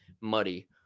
muddy